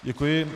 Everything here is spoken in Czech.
Děkuji.